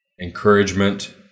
encouragement